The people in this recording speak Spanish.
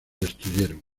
destruyeron